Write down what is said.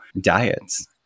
diets